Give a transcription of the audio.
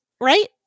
right